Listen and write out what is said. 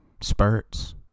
spurts